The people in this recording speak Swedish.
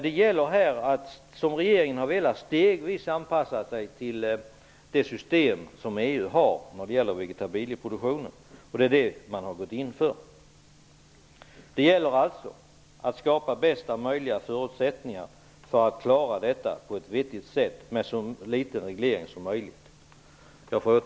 Det gäller att stegvis anpassa sig till det system som EU har när det gäller vegetabilieproduktionen, och det är det regeringen har gått in för. Det gäller alltså att skapa bästa möjliga förutsättningar för att klara detta på ett vettigt sätt med så liten reglering som möjligt.